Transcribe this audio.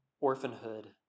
Orphanhood